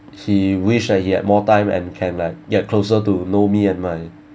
he wished that had more time and can like get closer to know me and my